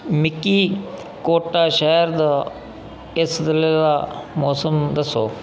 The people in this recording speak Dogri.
मिकी कोटा शैह्र दा इस बेल्ले दा मौसम दस्सो